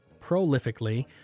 prolifically